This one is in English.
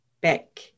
back